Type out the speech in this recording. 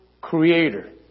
Creator